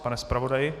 Pane zpravodaji?